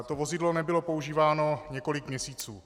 To vozidlo nebylo používáno několik měsíců.